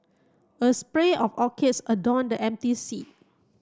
a spray of orchids adorned the empty seat